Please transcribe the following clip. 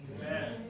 Amen